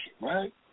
right